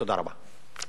תודה רבה.